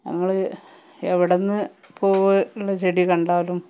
ഞങ്ങള് എവിടന്ന് പൂവ് ഉള്ള ചെടി കണ്ടാലും